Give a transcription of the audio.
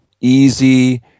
easy